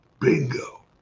Bingo